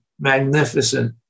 magnificent